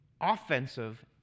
offensive